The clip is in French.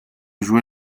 joué